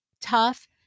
tough